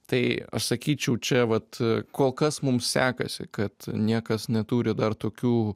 tai aš sakyčiau čia vat kol kas mums sekasi kad niekas neturi dar tokių